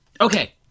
Okay